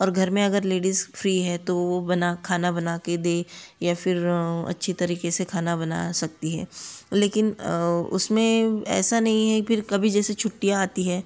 और घर में अगर लेडिज़ फ्री है तो वो बना खाना बना कर दें या फिर अच्छे तरीके से खाना बना सकती हैं लेकिन उसमें ऐसा नहीं है फिर कभी जैसे छुट्टियाँ आती हैं